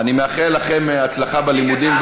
אני מאחל לכם הצלחה בלימודים,